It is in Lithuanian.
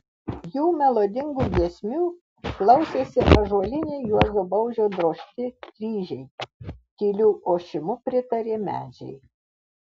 jų melodingų giesmių klausėsi ąžuoliniai juozo baužio drožti kryžiai tyliu ošimu pritarė medžiai